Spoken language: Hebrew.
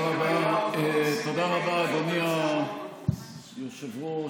תודה רבה, אדוני היושב-ראש.